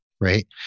right